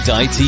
Die